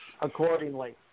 accordingly